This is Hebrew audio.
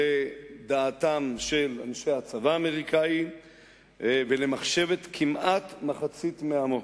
לדעתם של אנשי הצבא האמריקני ולמחשבת כמעט מחצית מעמו.